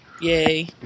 Yay